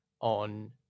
on